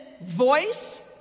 voice